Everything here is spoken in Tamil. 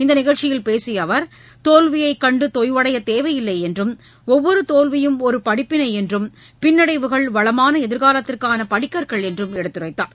இந்த நிகழ்ச்சியில் பேசிய அவர் தோல்வியைக் கண்டு தொய்வடைய தேவையில்லை என்றும் ஒவ்வொரு தோல்வியும் ஒரு படிப்பினை என்றும் பின்னடைவுகள் வளமான எதிர்காலத்திற்கான படிக்கற்கள் என்றும் எடுத்துரைத்தார்